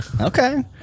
Okay